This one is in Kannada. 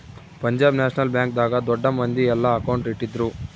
ಪಂಜಾಬ್ ನ್ಯಾಷನಲ್ ಬ್ಯಾಂಕ್ ದಾಗ ದೊಡ್ಡ ಮಂದಿ ಯೆಲ್ಲ ಅಕೌಂಟ್ ಇಟ್ಟಿದ್ರು